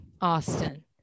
Austin